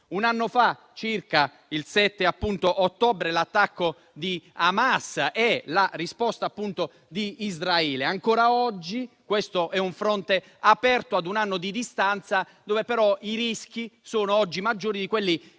Un anno fa circa, il 7 ottobre, ci furono l'attacco di Hamas e la risposta, appunto, di Israele. Ancora oggi questo è un fronte aperto, ad un anno di distanza, dove però i rischi sono maggiori di quelli